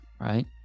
right